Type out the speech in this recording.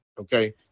Okay